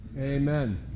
Amen